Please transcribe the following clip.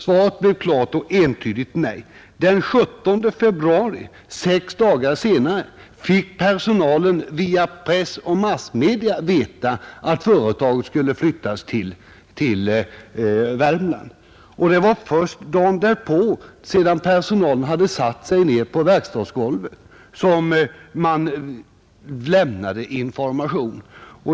Svaret blev ett klart och entydigt nej. Den 17 februari, sex dagar senare, fick personalen via press och andra massmedia veta att företaget skulle flyttas till Värmland. Det var först dagen därpå, sedan personalen hade satt sig ned på verkstadsgolvet, som man lämnade information.